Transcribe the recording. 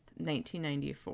1994